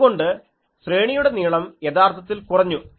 അതുകൊണ്ട് ശ്രേണിയുടെ നീളം യഥാർത്ഥത്തിൽ കുറഞ്ഞു